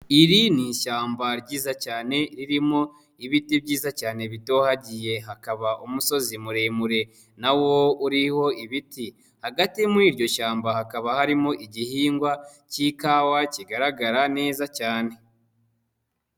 Iri ni ishyamba ryiza cyane ririmo ibiti byiza cyane bitohagiye hakaba umusozi muremure na wo uriho ibiti, hagati muri iryo shyamba hakaba harimo igihingwa k'ikawa kigaragara neza cyane.